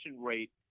rate